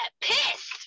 pissed